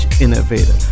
Innovator